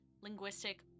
linguistic